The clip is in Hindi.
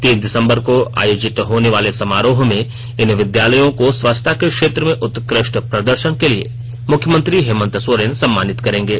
तीन दिसंबर को आयोजित होनेवाले समारोह में इन विद्यालयों को स्वच्छता के क्षेत्र में उत्कृष्ट प्रदर्शन को लिए मुख्यमंत्री हेमन्त सोरेन सम्मानित करेंगे